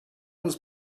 was